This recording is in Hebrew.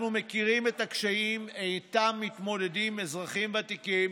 אנחנו מכירים את הקשיים שאיתם מתמודדים אזרחים ותיקים